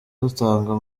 dutanga